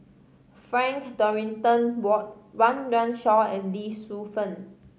Frank Dorrington Ward Run Run Shaw and Lee Shu Fen